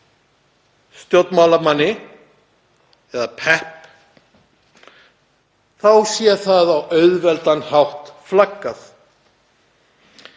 stjórnmálamanni, eða PEP, þá sé því á auðveldan hátt flaggað.